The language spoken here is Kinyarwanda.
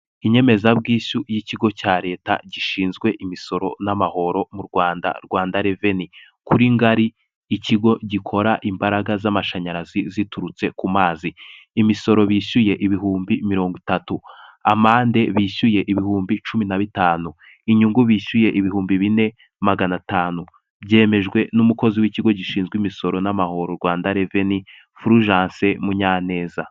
Inyemezabwishyu y'ikigo cya Leta gishinzwe imisoro n'amahoro mu Rwanda, Rwanda reveni, kuri ngari, ikigo gikora imbaraga z'amashanyarazi ziturutse ku mazi, imisoro bishyuye ibihumbi mirongo itatu, amande bishyuye ibihumbi cumi na bitanu, inyungu bishyuye ibihumbi bine magana atanu, byemejwe n'umukozi w'ikigo gishinzwe imisoro n'amahoro Rwanda reveni Flugence Munyaneza.